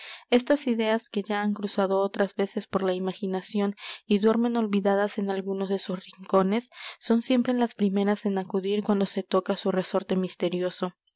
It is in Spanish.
estas ideas que ya han cruzado otras veces por la imaginación y duermen olvidadas en alguno de sus rincones son siempre las primeras en acudir cuando se toca su resorte misterioso